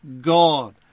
God